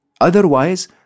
Otherwise